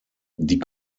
die